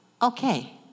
okay